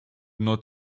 not